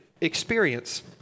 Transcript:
experience